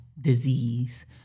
disease